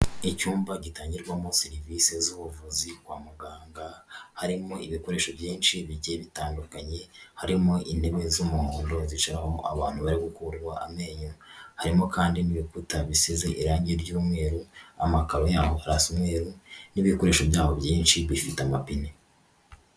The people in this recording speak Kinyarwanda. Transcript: Icyumba gitangirwamo serivisi z'ubuvuzi kwa muganga harimo ibikoresho byinshi bigiye bitandukanye, harimo intebe z'umuhondo zicarao abantu bari gukurwa amenyo, harimo kandi n'ibikuta bisize irangi ry'umweru, amakaro yaho arasa umweru n'ibikoresho byaho byinshi bifite amapine.